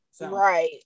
Right